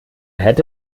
hätte